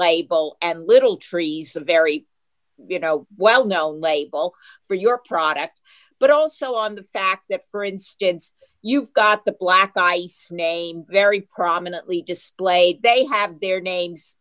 label and little trees a very you know well known label for your product but also on the fact that for instance you've got the black ice name very prominently displayed they have their names